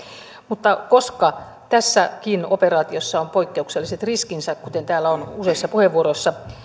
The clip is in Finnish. mutta koska tässäkin operaatiossa on poikkeukselliset riskinsä kuten täällä on useissa puheenvuoroissa